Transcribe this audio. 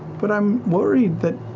but i'm worried that